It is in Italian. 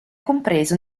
compreso